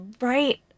right